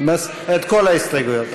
להוריד את כל ההסתייגויות.